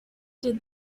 did